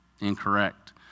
Incorrect